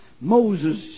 Moses